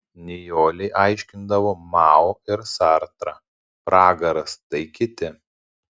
nijolei aiškindavo mao ir sartrą pragaras tai kiti